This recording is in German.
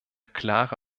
klare